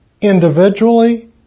individually